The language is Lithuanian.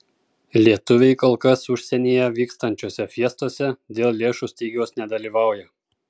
lietuviai kol kas užsienyje vykstančiose fiestose dėl lėšų stygiaus nedalyvauja